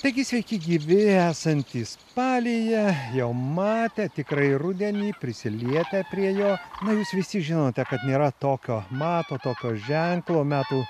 taigi sveiki gyvi esantys spalyje jau matę tikrąjį rudenį prisilietę prie jo na jūs visi žinote kad nėra tokio mato tokio ženklo metų